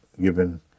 given